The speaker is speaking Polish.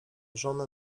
żonę